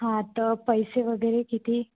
हां तर पैसे वगैरे किती